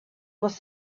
was